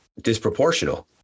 disproportional